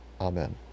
Amen